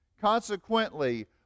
Consequently